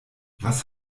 was